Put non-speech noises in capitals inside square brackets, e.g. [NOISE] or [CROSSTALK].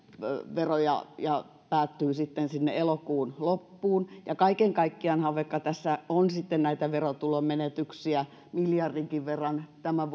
veroja ja päättyy sitten sinne elokuun loppuun kaiken kaikkiaanhan vaikka tässä on sitten näitä verotulon menetyksiä miljardinkin verran tämän [UNINTELLIGIBLE]